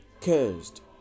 Cursed